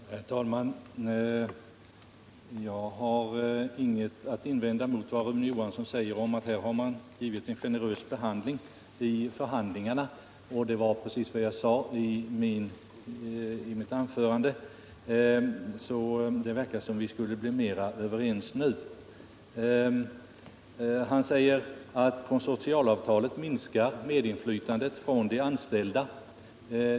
Herr talman! Jag har ingenting att invända mot vad Rune Johansson i Ljungby säger om att man har varit generös vid förhandlingarna. Det var precis vad jag sade i mitt anförande, och det verkar alltså som om vi nu skulle vara mer överens. Rune Johansson säger att ett konsortialavtal minskar de anställdas medinflytande.